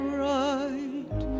right